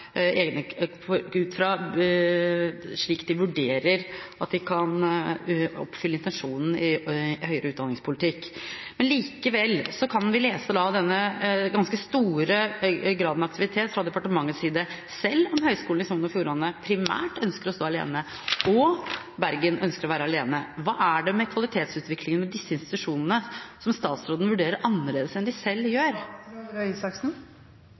de vurderer at de kan oppfylle intensjonen i høyere utdanningspolitikk. Likevel kan vi lese en ganske stor grad av aktivitet fra departementets side, selv om Høgskulen i Sogn og Fjordane primært ønsker å stå alene, og Bergen ønsker å være alene. Hva er det med kvalitetsutviklingen ved disse institusjonene som statsråden vurderer annerledes enn de selv gjør?